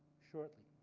shortly.